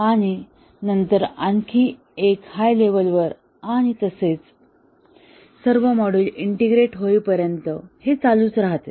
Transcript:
आणि नंतर आणखी एक हाय लेव्हलवर आणि असेच सर्व मॉड्यूल इंटिग्रेट होईपर्यंत हे चालूच राहते